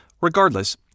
Regardless